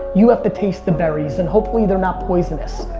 you have to taste the berries, and hopefully they're not poisonous.